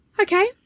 Okay